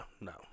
no